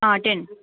ten